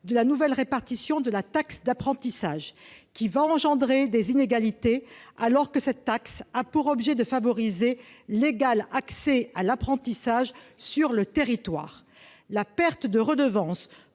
de la nouvelle répartition de la taxe d'apprentissage va engendrer des inégalités, alors que cette taxe a pour objet de favoriser l'égal accès à l'apprentissage sur le territoire. La perte de redevance